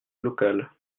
locale